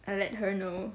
I'l let her know